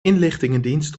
inlichtingendienst